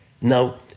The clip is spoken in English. Now